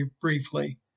briefly